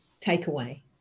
takeaway